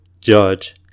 judge